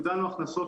הגדלנו הכנסות,